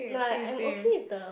nah I'm okay with the